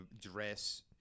dress